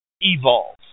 evolve